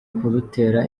kudutera